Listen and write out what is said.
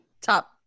top